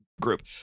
group